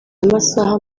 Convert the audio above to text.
amasaha